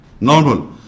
normal